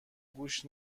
گوش